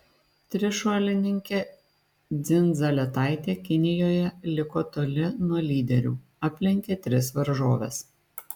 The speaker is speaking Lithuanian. trišuolininkė dzindzaletaitė kinijoje liko toli nuo lyderių aplenkė tris varžoves